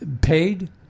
paid